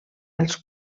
els